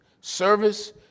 service